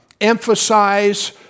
emphasize